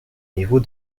niveau